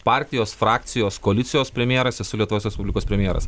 partijos frakcijos koalicijos premjeras esu lietuvos respublikos premjeras